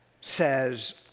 says